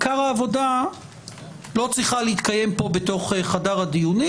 עיקר העבודה לא צריכה להתקיים פה בתוך חדר הדיונים,